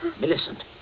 Millicent